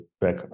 back